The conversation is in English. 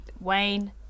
Wayne